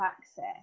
access